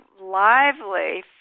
lively